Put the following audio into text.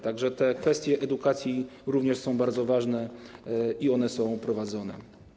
Tak więc te kwestie edukacji również są bardzo ważne i one są prowadzone.